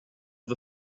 the